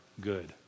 good